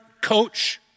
coach